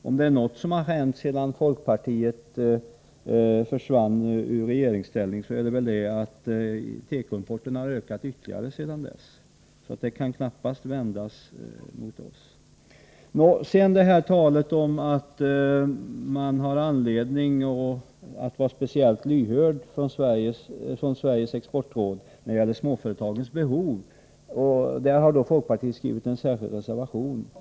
Om det är något som hänt sedan folkpartiet försvann från regeringsställningen är det väl att tekoimporten ökat ytterligare. Den här kritiken kan alltså knappast vändas mot oss. När det sedan gäller talet om att man från Sveriges exportråds sida har anledning att vara speciellt lyhörd för småföretagens behov har folkpartiet skrivit en reservation.